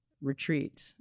retreat